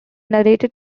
narrated